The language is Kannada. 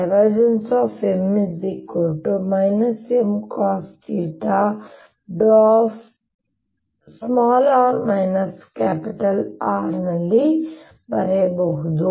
M Mcosθδ ನಲ್ಲಿ ಬರೆಯಬಹುದು